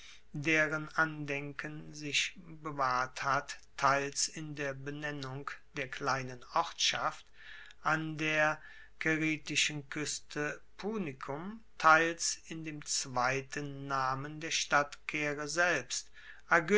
deren andenken sich bewahrt hat teils in der benennung der kleinen ortschaft an der caeritischen kueste punicum teils in dem zweiten namen der stadt caere selbst